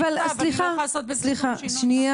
אני לא יכולה לעשות בזה שום שינוי.